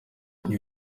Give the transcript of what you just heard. ibi